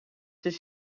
does